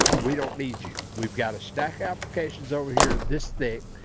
we don't need you. we've got to stack applications over here this day.